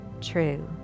true